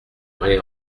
vrai